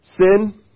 sin